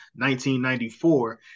1994